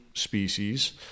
species